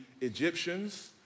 Egyptians